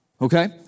Okay